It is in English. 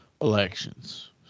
elections